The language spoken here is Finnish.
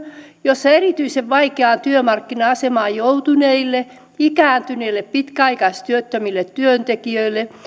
jossa erityisen vaikeaan työmarkkina asemaan joutuneille ikääntyneille pitkäaikaistyöttömille työntekijöille